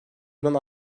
yunan